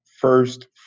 first